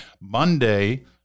Monday